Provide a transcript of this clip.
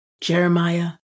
Jeremiah